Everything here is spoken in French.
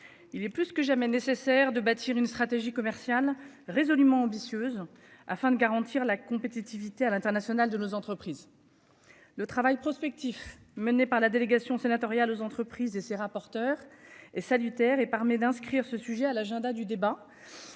Il est plus que jamais nécessaire de bâtir une stratégie commerciale résolument ambitieuse afin de garantir la compétitivité à l'international de nos entreprises. Le travail prospectif menée par la délégation sénatoriale aux entreprises de ses rapporteurs et salutaire et permet d'inscrire ce sujet à l'agenda du débat.